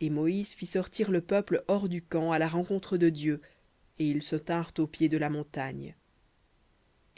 et moïse fit sortir le peuple hors du camp à la rencontre de dieu et ils se tinrent au pied de la montagne